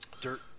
dirt